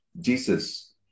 Jesus